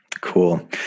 cool